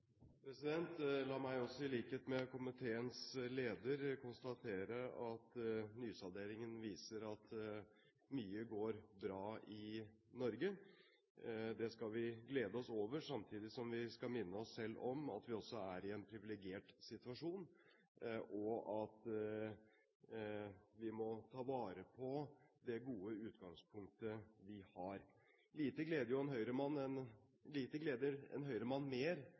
La meg også, i likhet med komiteens leder, konstatere at nysalderingen viser at mye går bra i Norge. Det skal vi glede oss over, samtidig som vi skal minne oss selv om at vi også er i en privilegert situasjon, og at vi må ta vare på det gode utgangspunktet vi har. Lite gleder en